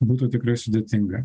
būtų tikrai sudėtinga